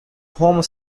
home